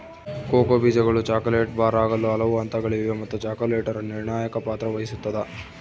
cocoa ಬೀಜಗಳು chocolate bar ಆಗಲು ಹಲವು ಹಂತಗಳಿವೆ ಮತ್ತು ಚಾಕೊಲೇಟರ್ ನಿರ್ಣಾಯಕ ಪಾತ್ರ ವಹಿಸುತ್ತದ